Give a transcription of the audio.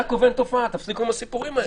תפסיקו עם הסיפורים האלה.